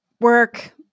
work